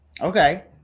Okay